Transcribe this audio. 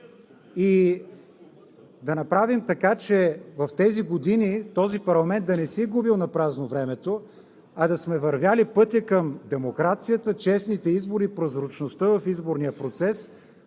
Да направим така, че в тези години този парламент да не си е губил напразно времето, а да сме вървели по пътя към демокрацията, честните избори и прозрачността в изборния процес